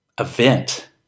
event